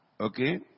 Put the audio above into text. Okay